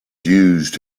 used